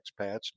expats